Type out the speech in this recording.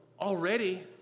already